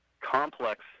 complex